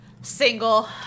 single